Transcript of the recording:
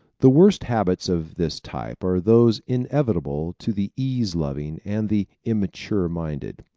the worst habits of this type are those inevitable to the ease-loving and the immature-minded.